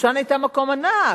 שושן היתה מקום ענק,